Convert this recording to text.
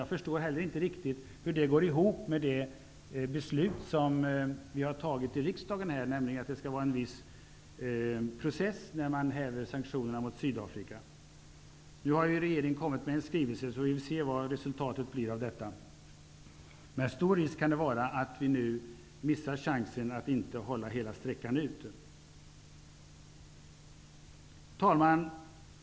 Jag förstår heller inte riktigt hur det går ihop med det beslut som vi har fattat i riksdagen, nämligen att det skall vara en viss process när man häver sanktionerna mot Sydafrika. Nu har ju regeringen kommit med en skivelse. Vi får se vad resultatet blir av detta. Det kan vara stor risk att vi nu missar chansen att hålla hela sträckan ut. Herr talman!